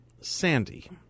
Sandy